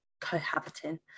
cohabiting